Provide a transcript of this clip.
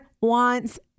wants